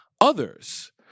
others